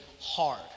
hard